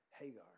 Hagar